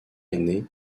aîné